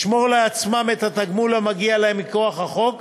לשמור לעצמם את התגמול המגיע להם מכוח החוק,